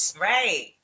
right